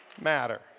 matter